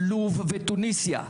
לוב ותוניסיה,